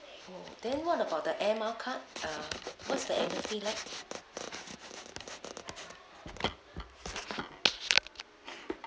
then what about the air miles card uh what is the annual fee like